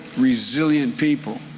resilient people.